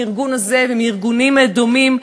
מארגון זה ומארגונים דומים,